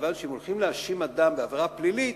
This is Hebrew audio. כיוון שאם הולכים להאשים אדם בעבירה פלילית,